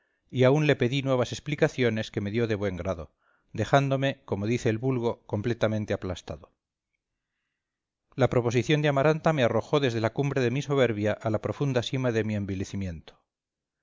y aún le pedí nuevas explicaciones que me dio de buen grado dejándome como dice el vulgo completamente aplastado la proposición de amaranta me arrojó desde la cumbre de mi soberbia a la profunda sima de mi